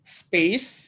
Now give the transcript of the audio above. space